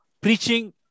preaching